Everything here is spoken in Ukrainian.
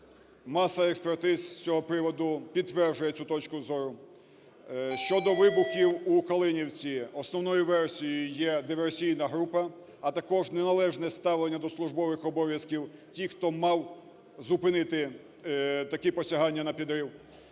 Маса експертиз з цього приводу підтверджує цю точку зору. Щодо вибухів у Калинівці – основною версією є диверсійна група, а також неналежне ставлення до службових обов'язків тих, хто мав зупинити такі посягання на підрив.